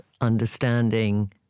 understanding